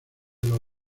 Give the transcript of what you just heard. los